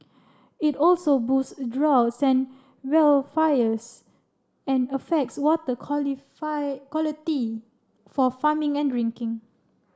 it also boosts droughts and wildfires and affects water quality for farming and drinking